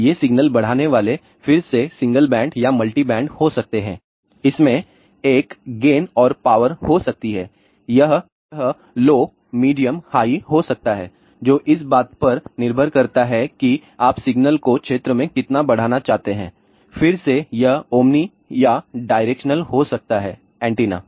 अब ये सिग्नल बढ़ाने वाले फिर से सिंगल बैंड या मल्टी बैंड हो सकते हैं इसमें एक गेन और पावर हो सकती है यह लो मीडियम हाई हो सकता है जो इस बात पर निर्भर करता है कि आप सिग्नल को क्षेत्र में कितना बढ़ाना चाहते हैं फिर से यह ओमनी या डायरेक्शनल हो सकता है एंटीना